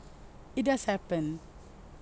it does happen